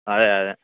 అదే అదే